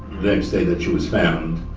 the next day that she was found.